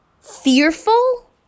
fearful